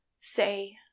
Say